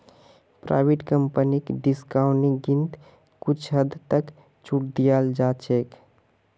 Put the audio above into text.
private कम्पनीक डिस्काउंटिंगत कुछ हद तक छूट दीयाल जा छेक